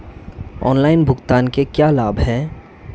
Online भुगतान के क्या लाभ हैं?